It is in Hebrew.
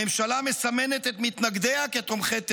הממשלה מסמנת את מתנגדיה כתומכי טרור.